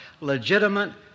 legitimate